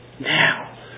now